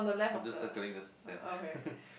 I'm just circling the sand